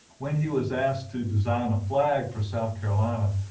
when he was asked to design a flag for south carolina,